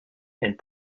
and